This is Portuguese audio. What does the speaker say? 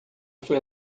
foi